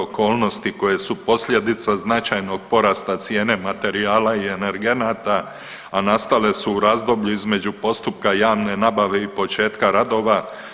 okolnosti koje su posljedica značajnog porasta cijene materijala i energenata, a nastale su u razdoblju između postupka javne nabave i početka radova.